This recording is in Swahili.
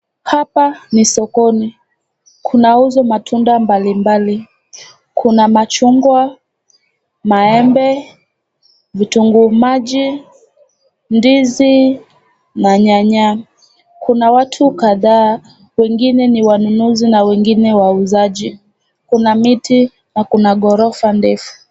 Hapa ni sokoni. Kunauzwa matunda mbalimbali. Kuna machungwa, maembe, vitunguu maji, ndizi na nyanya. Kuna watu kadhaa wengine ni wanunuzi na wengine wauzaji. Kuna miti na kuna ghorofa ndefu.